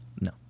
no